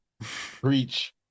preach